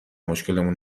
مشکلمون